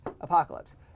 Apocalypse